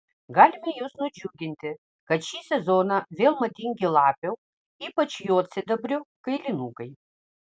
galime jus nudžiuginti kad šį sezoną vėl madingi lapių ypač juodsidabrių kailinukai